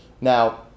Now